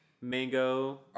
mango